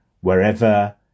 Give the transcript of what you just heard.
wherever